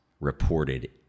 reported